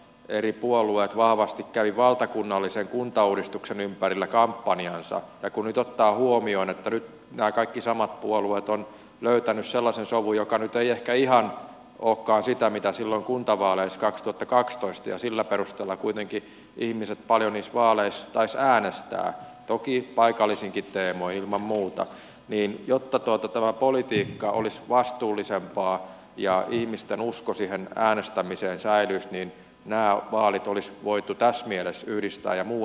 eri puolueet vahvasti käy valtakunnallisen kuntauudistuksen ympärillä kampanjaansa taikurit ottaa huomioon että nyt nää kaikki samat puolueet on löytäny sellasen savu joka nyt ei ehkä ihan kookkaan sitä mitä sillon kuntavaaleista mutta kaksitoista ja sillä perusteella kuitenkin ihmiset paljon myös vaaleissa tai säännöstö toki paikallisinkin teemoin ilman muuta niin jotta toitottavaa politiikkaa olisi vastuullisempaa ja ihmisten usko siihen äänestämiseen saa yhteen ja vaalit olisi voitu tässä mielessä isafin osanottajamaana